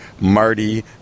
Marty